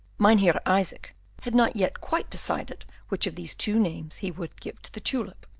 mynheer isaac had not yet quite decided which of these two names he would give to the tulip,